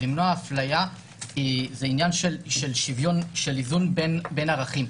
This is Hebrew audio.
ומניעת הפליה זה עניין של איזון בין ערכים.